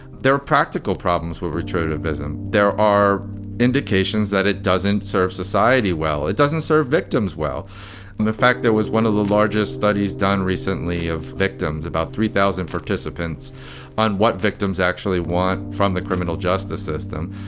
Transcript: there are practical problems with retro activism. there are indications that it doesn't serve society well. it doesn't serve victims well. and the fact that was one of the largest studies done recently recently of victims, about three thousand participants on what victims actually want from the criminal justice system.